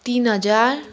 तिन हजार